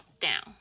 down